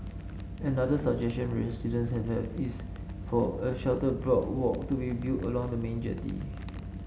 another suggestion residents have have is for a shelter boardwalk to be built along the main jetty